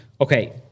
Okay